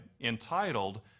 entitled